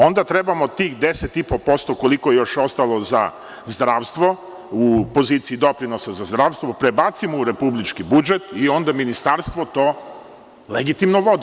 Onda trebamo tih 10,5% koliko je još ostalo za zdravstvo u poziciji doprinosa za zdravstvo, prebacimo u republički budžet i onda Ministarstvo to legitimno vodi.